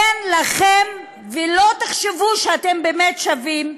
אין לכם, ושלא תחשבו שאתם באמת שווים.